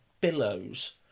billows